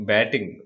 Batting